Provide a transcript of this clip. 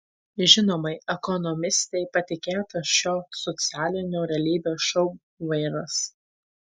žinomai ekonomistei patikėtas šio socialinio realybės šou vairas